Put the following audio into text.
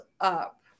up